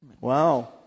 Wow